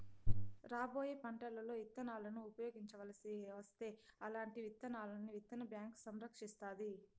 రాబోయే పంటలలో ఇత్తనాలను ఉపయోగించవలసి వస్తే అల్లాంటి విత్తనాలను విత్తన బ్యాంకు సంరక్షిస్తాది